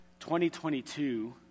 2022